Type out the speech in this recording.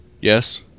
Yes